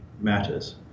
matters